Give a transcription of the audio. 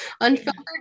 unfiltered